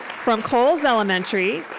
from coles elementary,